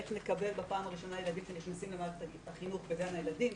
איך נקבל בפעם הראשונה ילדים שנכנסים למערכת החינוך בגן הילדים,